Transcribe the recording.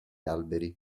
alberi